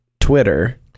twitter